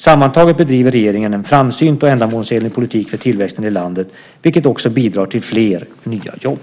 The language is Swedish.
Sammantaget bedriver regeringen en framsynt och ändamålsenlig politik för tillväxten i landet, vilket också bidrar till fler nya jobb.